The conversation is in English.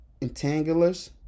entanglers